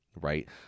right